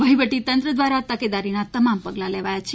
વહીવટી તંત્ર દ્વારા તકેદારીના તમામ પગલા લેવાયા છે